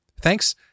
Thanks